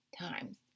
times